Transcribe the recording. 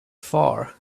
far